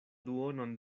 duonon